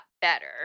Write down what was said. better